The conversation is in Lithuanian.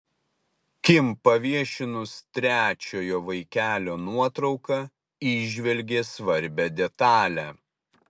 kim paviešinus trečiojo vaikelio nuotrauką įžvelgė svarbią detalę